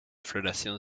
floración